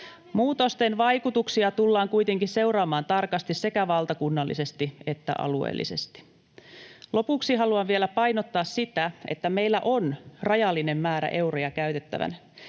Muutosten vaikutuksia tullaan kuitenkin seuraamaan tarkasti sekä valtakunnallisesti että alueellisesti. Lopuksi haluan vielä painottaa sitä, että meillä on rajallinen määrä euroja käytettävänä.